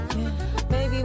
Baby